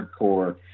hardcore